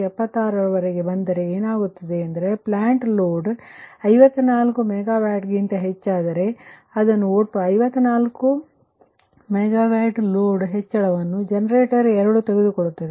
76 ರವರೆಗೆ ಬಂದರೆ ಏನಾಗುತ್ತದೆ ಎಂದರೆ ಪ್ಲಾಂಟ್ ಲೋಡ್ 54 MW ಗಿಂತಲೂ ಹೆಚ್ಚಾದರೆ ಅದನ್ನು ಒಟ್ಟು54 MWಲೋಡ್ ಹೆಚ್ಚಳವನ್ನು ಜನರೇಟರ್ 2 ತೆಗೆದುಕೊಳ್ಳುತ್ತದೆ